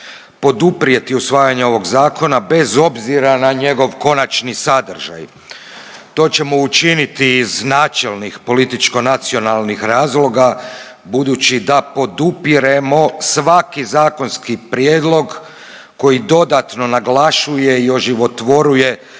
poduprijeti usvajanje ovog zakona bez obzira na njegov konačni sadržaj. To ćemo učiniti iz načelnih političko nacionalnih razloga budući da podupiremo svaki zakonski prijedlog koji dodatno naglašuje i oživotvoruje